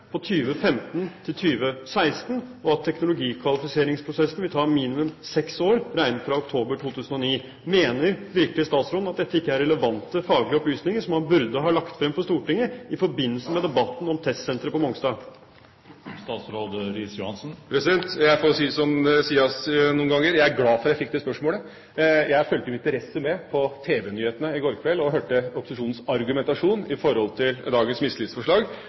på 2015–2016, og at teknologikvalifiseringsprosessen vil ta minimum seks år, regnet fra oktober 2009. Mener virkelig statsråden at dette ikke er relevante faglige opplysninger som han burde ha lagt frem for Stortinget i forbindelse med debatten om testsenteret på Mongstad? For å si det som det blir sagt noen ganger: Jeg er glad for at jeg fikk det spørsmålet. Jeg fulgte med interesse med på tv-nyhetene i går kveld og hørte opposisjonens argumentasjon for dagens mistillitsforslag. Det er jo denne rapporten som det i